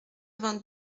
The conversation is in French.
vingt